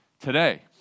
today